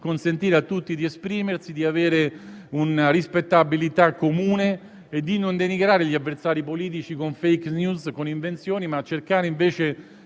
consentire a tutti di esprimersi, avere un rispettabilità comune e non denigrare gli avversari politici con *fake news* e invenzioni. Occorre cercare di